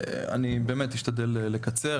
אני באמת אשתדל לקצר.